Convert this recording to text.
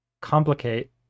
complicate